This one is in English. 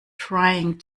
trying